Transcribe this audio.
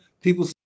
People